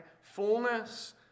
Fullness